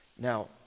Now